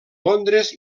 londres